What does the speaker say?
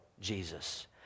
Jesus